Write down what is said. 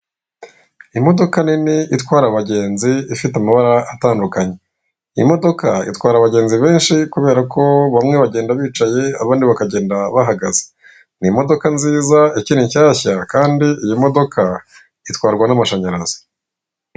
Imodoka nini itwara abagenzi ifite amabara atandukanye, iyi modoka itwara abagenzi benshi kubera ko bamwe bagenda bicaye abandi bakagenda bahagaze, ni imodoka nziza ikiri nshyashya kandi iyi modoka itwarwa n'amashanyarazi.